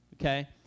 okay